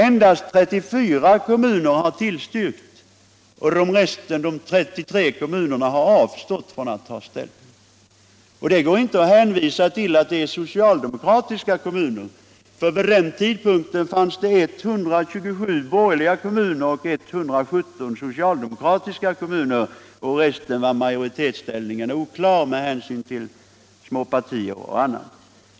Endast 34 kommuner har tillstyrkt och resten har avstått från att ta ställning. Det går inte att hänvisa till att det är socialdemokratiska kommuner som avstyrkt, för vid den tidpunkten fanns det 127 borgerliga kommuner och 117 socialdemokratiska. I de återstående kommunerna var majoritetsställningen oklar med hänsyn till småpartier och annat.